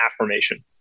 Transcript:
affirmation